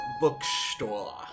Bookstore